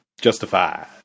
Justified